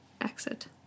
exit